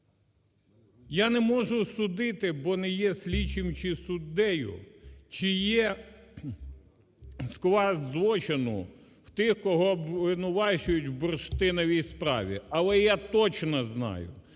Я не можу судити, бо не є слідчим чи суддею, чи є склад злочину у тих, кого обвинувачують в бурштиновій справі. Але я точно знаю,